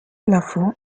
plafond